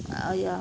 ah ya